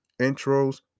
intros